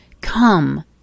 Come